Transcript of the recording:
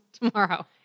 tomorrow